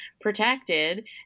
protected